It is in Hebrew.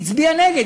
היא הצביעה נגד.